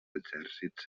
exèrcits